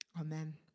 Amen